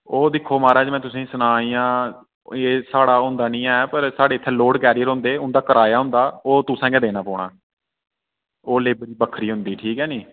ओह् दिक्खो महाराज में तुसें सनां इयां ओह् एह् साढ़ा होंदा नि ऐ पर साढ़े इत्थै लोड कैरियर होंदे उंदा कराया होंदा ओह् तुसें गै देने पौना ऐओह् लेबर बक्खरी होंदी ठीक ऐ नी